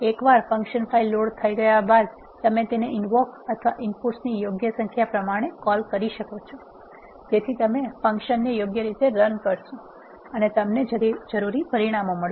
એક્વાર function file load થઇ ગયા બાદ તમે તેને ઇનવોક અથવા ઇનપુટ્સની યોગ્ય સંખ્યા સાથે કોલ કરી શકો છો જેથી તમે ફંક્શનને યોગ્ય રીતે રન કરશો અને તમને જરૂરી પરિણામ મળશે